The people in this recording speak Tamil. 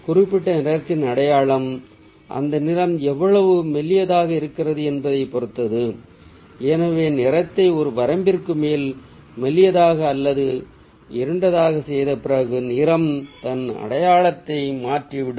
குறிப்பிட்ட நிறத்தின் அடையாளம் அந்த நிறம் எவ்வளவு மெல்லியதாக இருக்கிறது என்பதை பொறுத்தது எனவே நிறத்தை ஒரு வரம்பிற்கு மேல் மெல்லியதாக அல்லது இருண்டதாக செய்த பிறகு நிறம் தன் அடையாளத்தை மாற்றிவிடும்